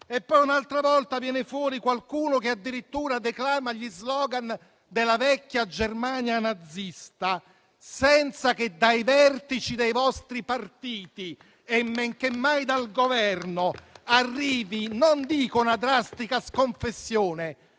e poi un'altra volta viene fuori qualcuno che addirittura declama gli *slogan* della vecchia Germania nazista, senza che dai vertici dei vostri partiti e men che mai dal Governo arrivi non dico una drastica sconfessione,